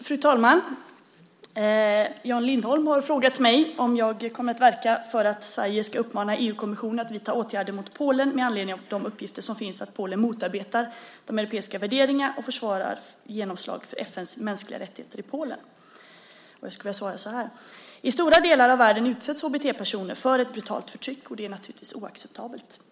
Fru talman! Jan Lindholm har frågat mig om jag kommer att verka för att Sverige ska uppmana EU-kommissionen att vidta åtgärder mot Polen med anledning av uppgifter om att Polen motarbetar de europeiska värderingarna och försvårar genomslag för FN:s mänskliga rättigheter i Polen. I stora delar av världen utsätts HBT-personer för ett brutalt förtryck, vilket naturligtvis är oacceptabelt.